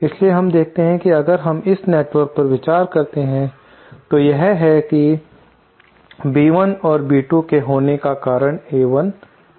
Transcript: इसलिए हम देख सकते हैं कि अगर हम इस नेटवर्क पर विचार करते हैं तो यह है कि B1 और B2 के होने का कारण A1 और A2 है